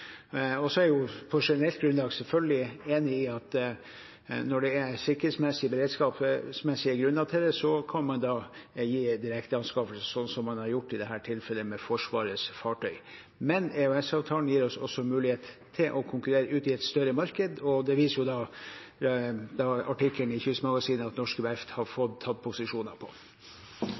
Så er jeg på generelt grunnlag selvfølgelig enig i at når det er sikkerhetsmessige og beredskapsmessige grunner til det, kan man gi direkte anskaffelser, som man har gjort i dette tilfellet med Forsvarets fartøy. Men EØS-avtalen gir oss også mulighet til å konkurrere ute i et større marked, og det viser artikkelen i Kystmagasinet at norske verft har tatt posisjoner på.